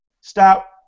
Stop